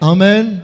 Amen